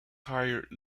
tired